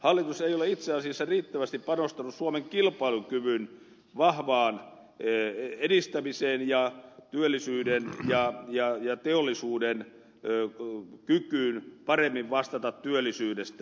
hallitus ei ole itse asiassa riittävästi panostanut suomen kilpailukyvyn vahvaan edistämiseen ja työllisyyden ja teollisuuden kykyyn paremmin vastata työllisyydestä